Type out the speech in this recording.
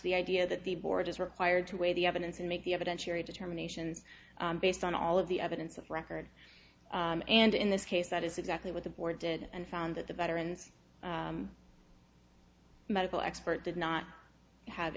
the idea that the board is required to weigh the evidence and make the evidence here a determinations based on all of the evidence of record and in this case that is exactly what the board did and found that the veterans medical expert did not have